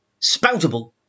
Spoutable